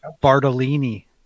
Bartolini